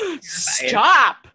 stop